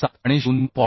7 आणि 0